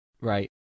Right